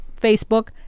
Facebook